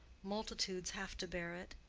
multitudes have to bear it.